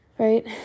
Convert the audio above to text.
right